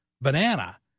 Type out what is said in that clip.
banana